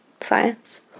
science